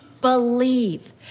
believe